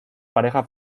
pareja